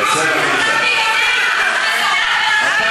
אתה